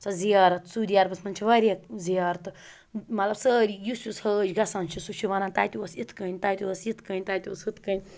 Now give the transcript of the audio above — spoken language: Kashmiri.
سۄ زیارت سعوٗدی عربَس منٛز چھِ واریاہ زیارتہٕ مطلب سٲری یُس یُس حٲج گژھان چھِ سُہ چھِ وَنان تَتہِ اوس اِتھ کٔنۍ تَتہِ اوس یِتھ کٔنۍ تَتہِ اوس ہُتھ کٔنۍ